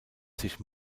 sich